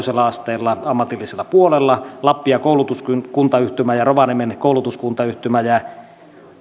asteella ammatillisella puolella lappia koulutuskuntayhtymä ja rovaniemen koulutuskuntayhtymä